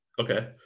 Okay